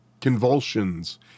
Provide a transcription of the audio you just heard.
convulsions